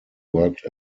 worked